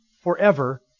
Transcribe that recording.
forever